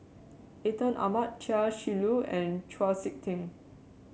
Atin Amat Chia Shi Lu and Chau SiK Ting